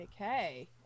Okay